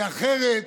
כי אחרת